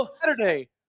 Saturday